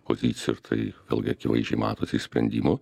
pozicija tai vėlgi akivaizdžiai matosi iš sprendimų